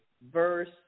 Verse